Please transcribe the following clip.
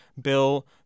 bill